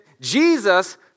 Jesus